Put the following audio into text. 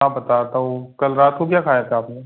हाँ बताता हूँ कल रात को क्या खाया था आपने